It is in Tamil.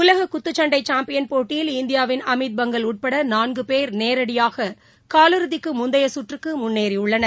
உலக குத்துச்சண்டை சாம்பியன் போட்டியில் இந்தியாவின் அமித் பங்கல் உட்பட நான்கு பேர் நேரடியாக காலிறுதிக்கு முந்தைய சுற்றுக்கு முன்னேறியுள்ளனர்